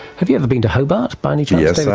have you ever been to hobart by any chance? yes, i